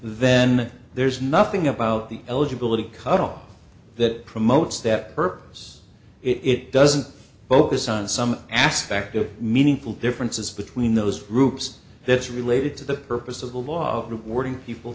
then there's nothing about the eligibility cutoff that promotes that purpose it doesn't both his son some aspect of meaningful differences between those groups that's related to the purpose of the law of rewarding people